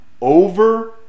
Over